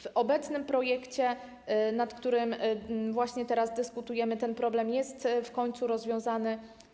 W obecnym projekcie, nad którym właśnie teraz dyskutujemy, ten problem jest w końcu rozwiązany.